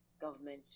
government